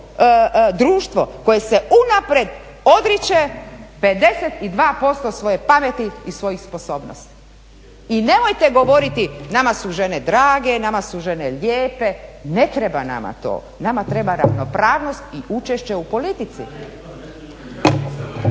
društvo koje se unaprijed odriče 52% svoje pameti i svojih sposobnosti. I nemojte govoriti nama su žene drage, nama su žene lijepe. Ne treba nama to. Nama treba ravnopravnost i učešće u politici.